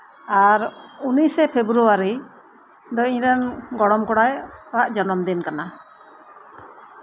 ᱟᱨ ᱩᱱᱤᱥᱮ ᱯᱷᱮᱵᱽᱨᱩᱣᱟᱨᱤ ᱫᱚ ᱤᱧ ᱨᱮᱱ ᱜᱚᱲᱚᱢ ᱠᱚᱲᱟ ᱟᱜ ᱡᱚᱱᱚᱢ ᱫᱤᱱ ᱠᱟᱱᱟ